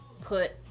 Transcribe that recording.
put